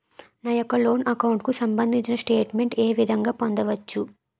నా యెక్క loan account కు సంబందించిన స్టేట్ మెంట్ ఏ విధంగా పొందవచ్చు?